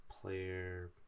Player